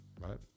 Right